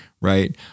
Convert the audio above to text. right